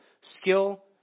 Skill